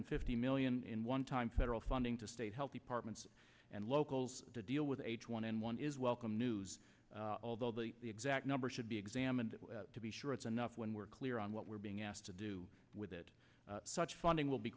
fifty million in one time federal funding to state health departments and locals to deal with h one n one is welcome news although they the exact number should be examined to be sure it's enough when we're clear on what we're being asked to do with it such funding will be